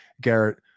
Garrett